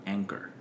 Anchor